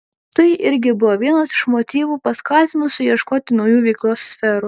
tai irgi buvo vienas iš motyvų paskatinusių ieškoti naujų veiklos sferų